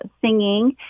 singing